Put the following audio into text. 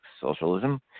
socialism